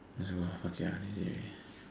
let's go fuck it ah it's late already